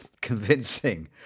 convincing